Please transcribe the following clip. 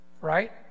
right